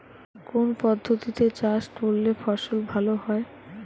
কোন পদ্ধতিতে চাষ করলে ফসল ভালো হয়?